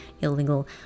illegal